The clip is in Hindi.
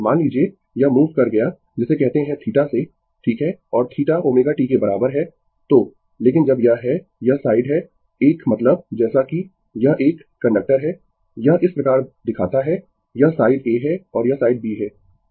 मान लीजिए यह मूव कर गया जिसे कहते है θ से ठीक है और θ ω t के बराबर है तो लेकिन जब यह है यह साइड है एक मतलब जैसा कि यह एक कंडक्टर है यह इस प्रकार दिखाता है यह साइड A है और यह साइड B है